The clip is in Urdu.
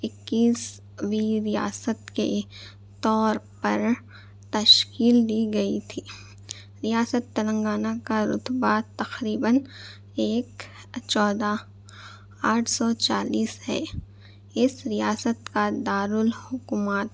اکیسویں ریاست کے طور پر تشکیل دی گئی تھی ریاست تلنگانہ کا رتبہ تقریباً ایک چودہ آٹھ سو چالیس ہے اس ریاست کا دارالحکومت